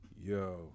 Yo